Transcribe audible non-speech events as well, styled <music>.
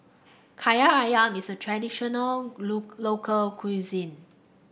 Kaki ayam is a traditional <unintelligible> local cuisine